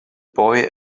boy